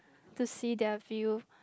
to see their view